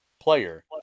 player